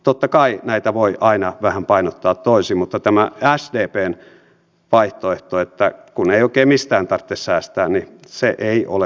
totta kai näitä aina voi painottaa vähän toisin mutta tämä sdpn vaihtoehto että kun ei oikein mistään tarvitse säästää ei ole mikään vaihtoehto